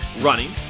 running